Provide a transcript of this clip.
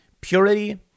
purity